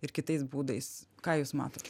ir kitais būdais ką jūs matot